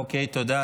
אוקיי, תודה.